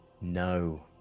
No